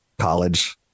college